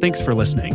thanks for listening